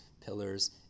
pillars